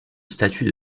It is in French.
statut